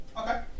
Okay